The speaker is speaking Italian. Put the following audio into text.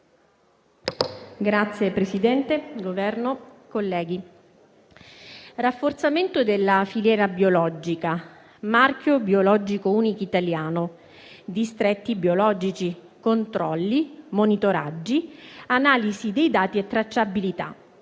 signori del Governo, colleghi, rafforzamento della filiera biologica, marchio biologico unico italiano, distretti biologici, controlli, monitoraggi, analisi dei dati e tracciabilità: